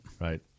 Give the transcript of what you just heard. Right